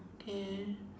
okay